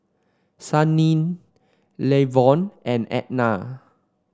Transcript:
Sannie Lavon and Edna